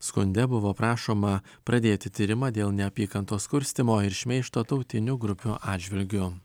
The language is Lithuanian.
skunde buvo prašoma pradėti tyrimą dėl neapykantos kurstymo ir šmeižto tautinių grupių atžvilgiu